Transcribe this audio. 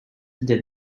did